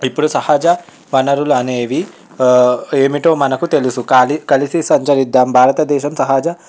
ఇప్పుడు సహజ వనరులు అనేవి ఏమిటో మనకు తెలుసు కాలి కలిసి సంచరిద్దాం భారతదేశం సహజ